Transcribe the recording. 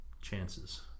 chances